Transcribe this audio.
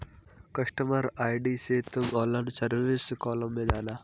customer ID से तुम online service column में जाना